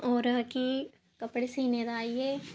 होर कि कपड़े सिने दा इ'यै